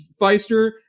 Feister